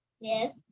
Yes